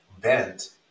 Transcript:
bent